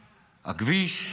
הכביש,